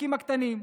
לעסקים הקטנים.